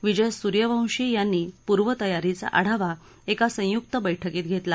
विजय सुर्यवंशी यांनी पूर्वतयारीचा आढावा एका संयुक्त बैठकीत घेतला